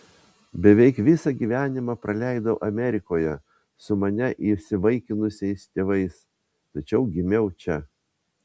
beveik visą gyvenimą praleidau amerikoje su mane įsivaikinusiais tėvais tačiau gimiau čia